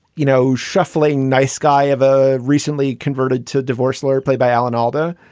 you know, shuffling nice guy of a recently converted to divorce lawyer played by alan alda,